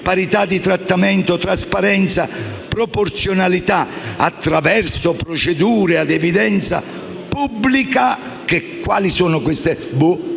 parità di trattamento, trasparenza, proporzionalità, attraverso procedura ad evidenza pubblica - quali sarebbero? Non